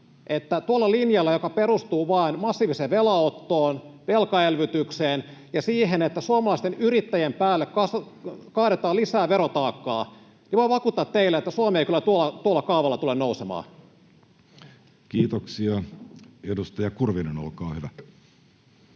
tuolla kaavalla, joka perustuu vain massiiviseen velanottoon, velkaelvytykseen ja siihen, että suomalaisten yrittäjien päälle kaadetaan lisää verotaakkaa, Suomi ei kyllä tule nousemaan. Kiitoksia. — Edustaja Kurvinen, olkaa hyvä.